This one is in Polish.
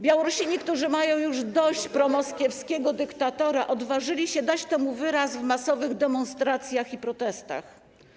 Białorusini, którzy mają już dość promoskiewskiego dyktatora, odważyli się dać temu wyraz w masowych demonstracjach i protestach.